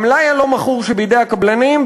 המלאי הלא-מכור שבידי הקבלנים,